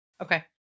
Okay